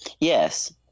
Yes